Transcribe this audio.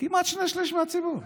נתניהו החליט על פיזור.